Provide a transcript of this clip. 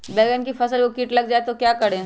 बैंगन की फसल में कीट लग जाए तो क्या करें?